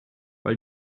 weil